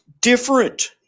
different